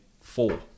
four